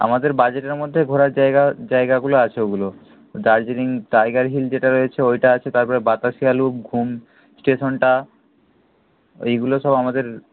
আমাদের বাজেটের মধ্যে ঘোরার জায়গা জায়গাগুলো আছে ওগুলো দার্জিলিং টাইগার হিল যেটা রয়েছে ওইটা আছে তারপরে বাতাসিয়া লুপ ঘুম স্টেশনটা এইগুলো সব আমাদের